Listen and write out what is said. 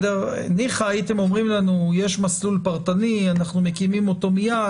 ניחא הייתם אומרים לנו שיש מסלול פרטני ושאתם מקימים אותו מיד,